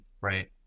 Right